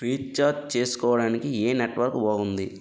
Recharge చేసుకోవటానికి ఏం network బాగుంది?